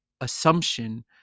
assumption